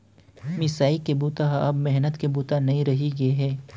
मिसाई के बूता ह अब मेहनत के बूता नइ रहि गे हे